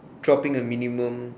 dropping the minimum